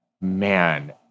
man